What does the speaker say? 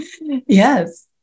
Yes